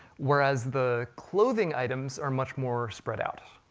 whereas the clothing items are much more spread out.